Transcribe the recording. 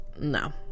no